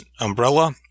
umbrella